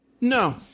No